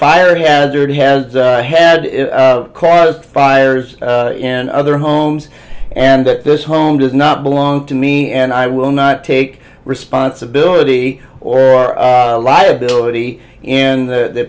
fire hazard has had caused fires in other homes and that this home does not belong to me and i will not take responsibility or liability in the